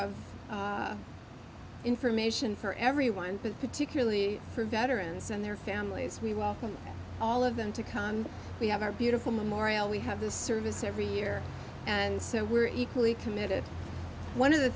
of information for everyone but particularly for veterans and their families we welcome all of them to come on we have our beautiful memorial we have this service every year and so we're equally committed one of the